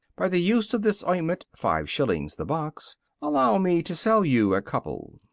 by the use of this ointment, five shillings the box allow me to sell you a couple.